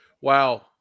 wow